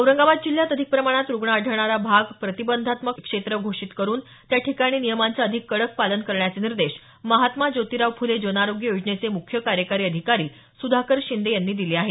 औरंगाबाद जिल्ह्यात अधिक प्रमाणात रुग्ण आढळणारा भाग प्रतिबंधात्मक क्षेत्र घोषित करुन त्या ठिकाणी नियमांचं अधिक कडक पालन करण्याचे निर्देश महात्मा जोतिराव फुले जनआरोग्य योजनेचे मुख्य कार्यकारी अधिकारी सुधाकर शिंदे यांनी दिले आहेत